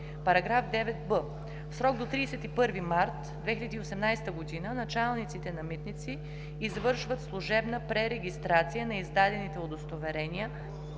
§ 9б: „§ 9б. В срок до 31 март 2018 г. началниците на митници извършват служебна пререгистрация на издадените удостоверения